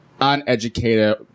uneducated